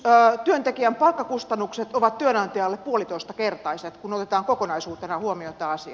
työntekijän palkkakustannukset ovat työnantajalle puolitoistakertaiset kun otetaan kokonaisuutena huomioon tämä asia